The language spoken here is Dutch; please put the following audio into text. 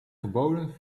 geboden